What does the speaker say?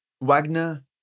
Wagner